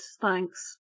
Thanks